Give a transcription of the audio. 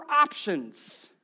options